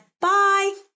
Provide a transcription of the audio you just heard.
Bye